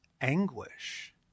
anguish